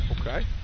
Okay